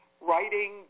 writing